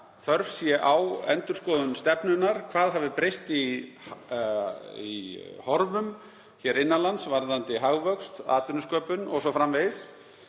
þörf sé á endurskoðun stefnunnar, hvað hafi breyst í horfum hér innan lands varðandi hagvöxt, atvinnusköpun o.s.frv.